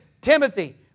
Timothy